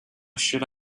should